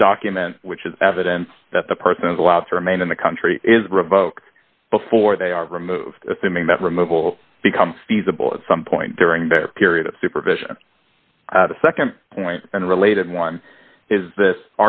this document which is evidence that the person is allowed to remain in the country is revoke before they are removed assuming that removal become feasible at some point during the period of supervision the nd point and related one is this